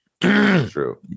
true